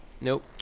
Nope